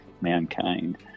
mankind